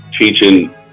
teaching